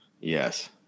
Yes